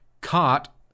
caught